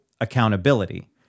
accountability